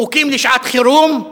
חוקים לשעת-חירום,